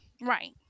right